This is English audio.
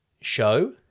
show